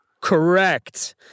Correct